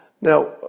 Now